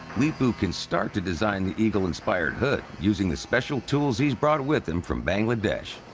leepu can start to design the eagle-inspired hood, using the special tools he's brought with him from bangladesh.